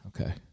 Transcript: okay